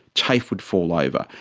tafe would fall over.